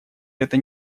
это